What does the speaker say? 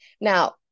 Now